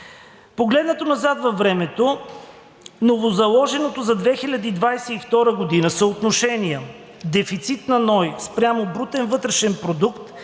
Погледнато назад във времето, новозаложеното за 2022 г. съотношение дефицит на НОИ спрямо брутен вътрешен продукт